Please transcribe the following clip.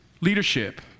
leadership